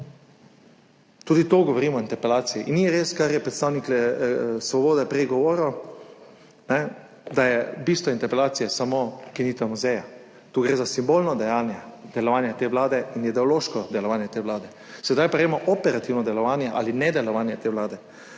tudi o tem govorimo v interpelaciji. Ni res, kar je predstavnik Svobode prej govoril, da je bistvo interpelacije samo ukinitev muzeja. Tu gre za simbolno in ideološko delovanje te vlade. Zdaj pa gremo na operativno delovanje ali nedelovanje te vlade.